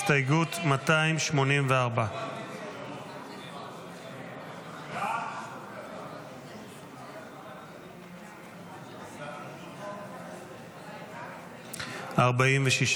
הסתייגות 284. הסתייגות 284 לא נתקבלה.